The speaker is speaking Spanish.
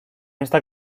esta